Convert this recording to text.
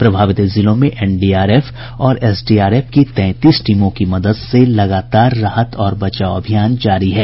प्रभावित जिलों में एनडीआरएफ और एसडीआरएफ की तैंतीस टीमों की मदद से लगातार राहत और बचाव अभियान जारी है